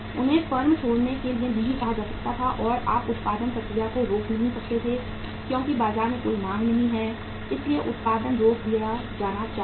उन्हें फर्म छोड़ने के लिए नहीं कहा जा सकता है और आप उत्पादन प्रक्रिया को रोक नहीं सकते क्योंकि बाजार में कोई मांग नहीं है इसलिए उत्पादन रोक दिया जाना चाहिए